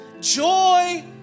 joy